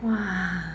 !wah!